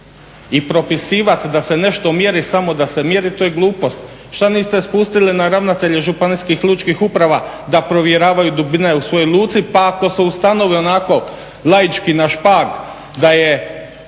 I propisivati da se nešto mjeri samo da se mjeri, to je glupost. Šta niste spustili na ravnatelje županijskih lučkih uprava da provjeravaju dubine u svojoj luci pa ako se ustanovi onako laički na špag da ima